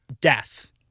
death